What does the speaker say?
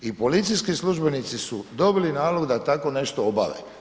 I policijski službenici su dobili nalog da tako nešto obave.